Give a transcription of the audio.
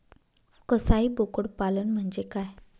कसाई बोकड पालन म्हणजे काय?